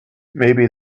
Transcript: maybe